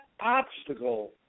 obstacle